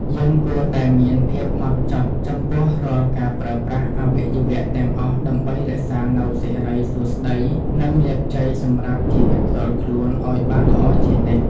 យើងគួរតែមានភាពហ្មត់ចត់ចំពោះរាល់ការប្រើប្រាស់អវយវៈទាំងអស់ដើម្បីរក្សានូវសិរីសួស្តី និង លាភជ័យសម្រាប់ជីវិតផ្ទាល់ខ្លួនឱ្យបានល្អជានិច្ច។